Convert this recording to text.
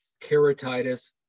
keratitis